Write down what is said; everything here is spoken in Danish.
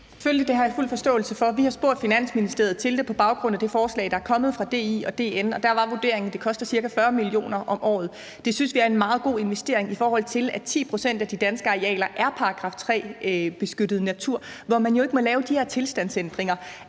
Vi har spurgt Finansministeriet til det på baggrund af det forslag, der er kommet fra DI og DN, og der var vurderingen, at det koster ca. 40 mio. kr. om året. Det synes vi er en meget god investering, i forhold til at 10 pct. af de danske arealer er § 3-beskyttet natur, hvor man jo ikke må lave de her tilstandsændringer.